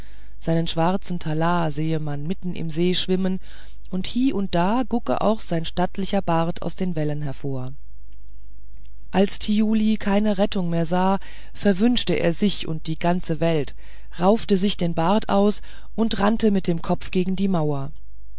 seinen schwarzen talar sehe man mitten im see schwimmen und hie und da gucke auch sein stattlicher bart aus den wellen hervor als thiuli keine rettung mehr sah verwünschte er sich und die ganze welt raufte sich den bart aus und rannte mit dem kopf gegen die mauer